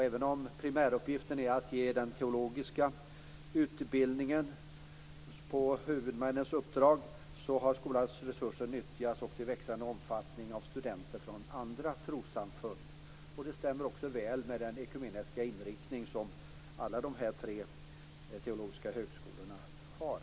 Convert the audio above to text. Även om primäruppgiften är att ge teologisk utbildning, på huvudmännens uppdrag, har skolans resurser nyttjats i växande omfattning också av studenter från andra trossamfund. Detta stämmer väl med den ekumeniska inriktning som alla de här tre teologiska högskolorna har.